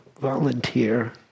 volunteer